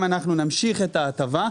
אם אנחנו נמשיך את ההטבה,